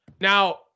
Now